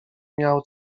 miał